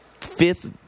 fifth